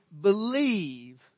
believe